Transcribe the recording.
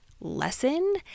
lesson